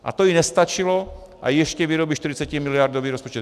A to jí nestačilo a ještě vyrobí 40miliardový rozpočet.